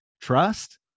trust